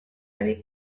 ari